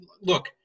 Look